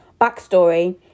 Backstory